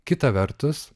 kita vertus